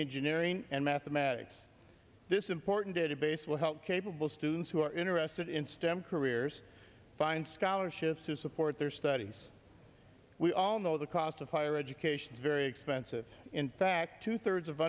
engineering and mathematics this important data base will help capable students who are interested in stem careers find scholarships to support their studies we all know the cost of higher education is very expensive in fact two thirds of